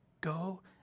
go